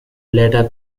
later